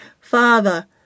Father